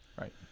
Right